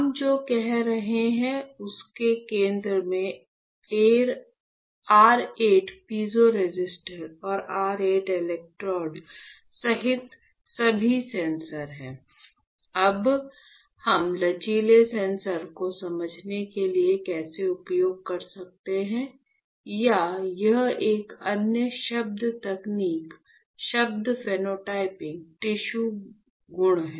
हम जो कह रहे थे उसके केंद्र में r 8 पीजो रेसिस्टर और r 8 इलेक्ट्रोड सहित सभी सेंसर हैं अब इस लचीले सेंसर को समझने के लिए कैसे उपयोग कर सकते हैं या यह एक अन्य शब्द तकनीकी शब्द फेनोटाइपिंग टिश्यू गुण है